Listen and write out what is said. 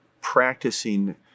practicing